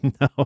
No